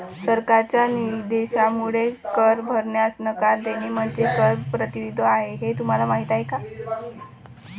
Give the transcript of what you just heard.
सरकारच्या निषेधामुळे कर भरण्यास नकार देणे म्हणजे कर प्रतिरोध आहे हे तुम्हाला माहीत आहे का